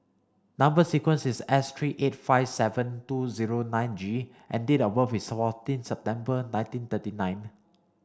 number sequence is S three eight five seven two zero nine G and date of birth is fourteen September nineteen thirty nine